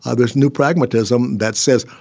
ah there's new pragmatism that says,